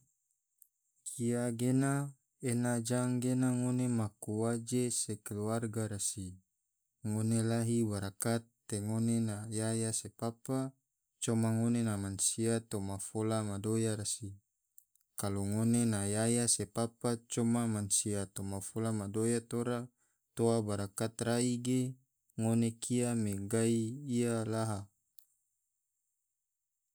Kia gena ena jang gena ngone maku waje se keluarga rasi, ngone lahi barakat te ngone na yaya se papa, coma ngone na mansia toma fola madoya rasi, kalo ngone na yaya se papa coma mansia toma fola madoya tora toa barakat rai ge ngone kia me gai ia laha.